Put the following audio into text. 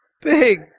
big